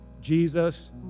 Jesus